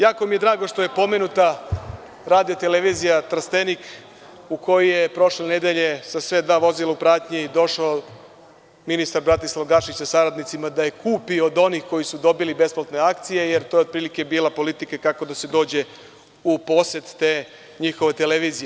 Jako mi je drago što je pomenuta Radio-televizija Trstenik, u kojoj je prošle nedelje, sa sve dva vozila u pratnji, došao ministar Bratislav Gašić sa saradnicima da je kupi od onih koji su dobili besplatne akcije, jer to je otprilike bila politika kako da se dođe u posed te njihove televizije.